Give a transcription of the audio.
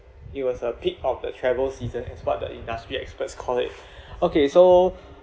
it was the peak of the travel season it's what the industry experts call it okay so